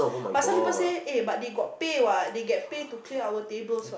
but some people say eh but they got pay what they get pay to clear our tables what